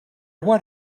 what